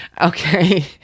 Okay